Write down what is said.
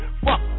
fuck